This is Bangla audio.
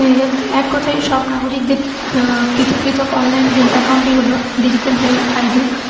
হেলথ এক কথায় সব নাগরিকদের পৃথক পৃথক অনলাইন হেলথ অ্যাকাউন্টই হল ডিজিটাল হেলথ আইডি